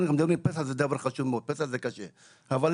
גם אם